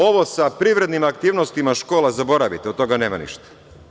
Ovo sa privrednim aktivnostima škola zaboravite, od toga nema ništa.